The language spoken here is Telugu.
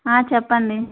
చెప్పండి